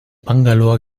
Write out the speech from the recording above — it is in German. bangalore